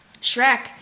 Shrek